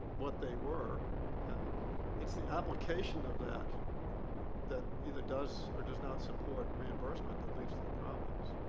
what they were and it's the application of that that either does or does not support reimbursement that leads to the problems.